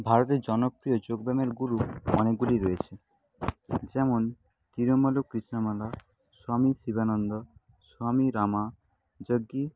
ভারতের জনপ্রিয় যোগব্যায়ামের গুরু অনেকগুলি রয়েছে যেমন তিরুমালুক কৃষ্ণমালা স্বামী শিবানন্দ স্বামী রামা যাজ্ঞি